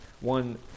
One